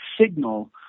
signal